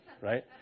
Right